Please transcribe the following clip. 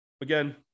Again